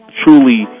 truly